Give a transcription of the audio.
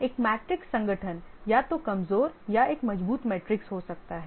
एक मैट्रिक्स संगठन या तो कमजोर या एक मजबूत मैट्रिक्स हो सकता है